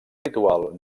ritual